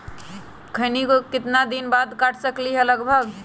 खैनी को कितना दिन बाद काट सकलिये है लगभग?